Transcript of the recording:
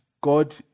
God